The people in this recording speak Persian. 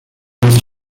دونست